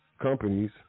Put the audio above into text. companies